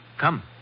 Come